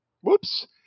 Whoops